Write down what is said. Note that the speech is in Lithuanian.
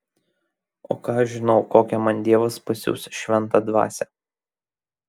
o ką aš žinau kokią man dievas pasiųs šventą dvasią